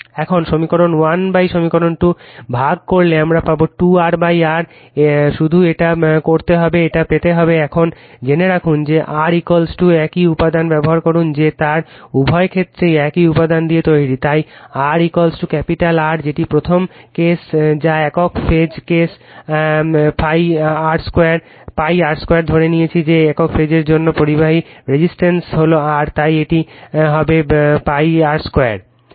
এখন সমীকরণ 1 সমীকরণ 2 ভাগ করলে আমরা পাবো 2 R R শুধু এটা করতে হবে এটা পেতে হবে এখন জেনে রাখুন যে R একই উপাদান ব্যবহার করুন যে তার উভয় ক্ষেত্রেই একই উপাদান দিয়ে তৈরি তাই R ক্যাপিটাল R যেটি প্রথম কেস যা একক ফেজ কেস lpi r 2 ধরে নিচ্ছি যে a একক ফেজের জন্য পরিবাহীর রেডিয়েশন হল R তাই এটি হবে lpi r 2